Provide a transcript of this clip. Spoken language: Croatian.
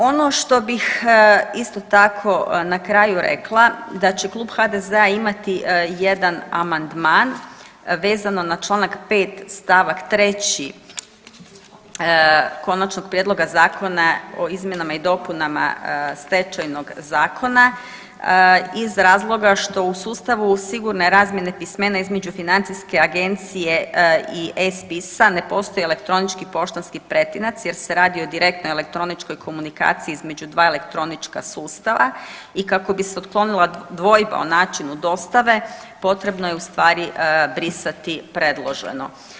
Ono što bih isto tako na kraju rekla, da će klub HDZ-a imati jedan amandman vezano na čl. 5. st. 3. Konačnog prijedlog Zakona o izmjenama i dopunama Stečajnog zakona iz razloga što u sustavu sigurne razmjene pismene između financijske agencije i e-Spisa ne postoji elektronički poštanski pretinac jer se radi o direktnoj elektroničkoj komunikaciji između dva elektronička sustava i kako bi se otklonila dvojba o načinu dostave potrebno je ustvari brisati predloženo.